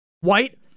White